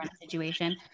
situation